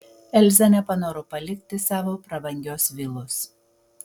elza nepanoro palikti savo prabangios vilos